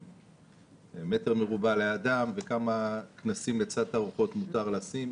על מטר מרובע לאדם וכמה כנסים לצד תערוכות מותר לשים,